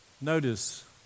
Notice